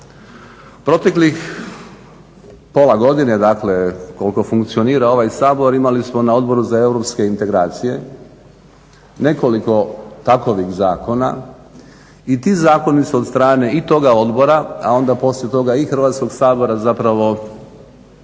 Proteklih pola godine, dakle koliko funkcionira ovaj Sabor imali smo na Odboru za europske integracije nekoliko takovih zakona i ti zakoni su od strane i toga odbora, a onda poslije toga i Hrvatskog sabora zapravo